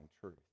truth